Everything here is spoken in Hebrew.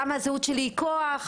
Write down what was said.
למה הזהות שלי היא כוח,